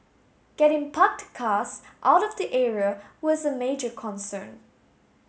getting parked cars out of the area was a major concern